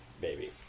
baby